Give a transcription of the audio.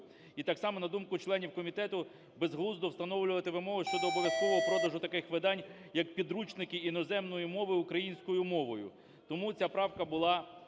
І так само, на думку членів комітету, безглуздо встановлювати вимогу щодо обов'язкового продажу таких видань, як підручники, іноземною мовою українською мовою. Тому ця правка була